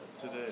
today